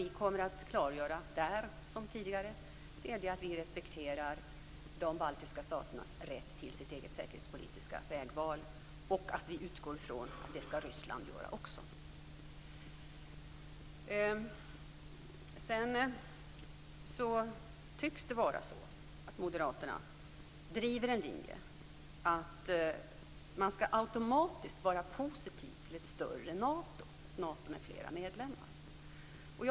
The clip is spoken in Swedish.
Vi kommer där, liksom tidigare, att klargöra att vi respekterar de baltiska staternas rätt till ett eget säkerhetspolitiska vägval och att vi utgår från att också Ryssland skall göra det. Moderaterna tycks driva linjen att man automatiskt skall vara positiv till ett större Nato, ett Nato med fler medlemmar.